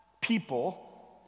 people